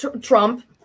Trump